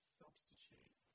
substitute